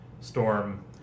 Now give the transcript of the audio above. Storm